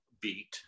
beat